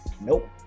Nope